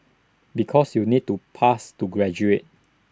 because you need to pass to graduate